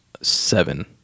seven